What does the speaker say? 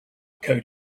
code